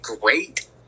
great